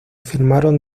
filmaron